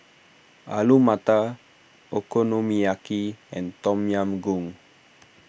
Alu Matar Okonomiyaki and Tom Yam Goong